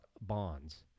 bonds